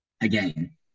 again